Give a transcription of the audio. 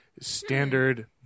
standard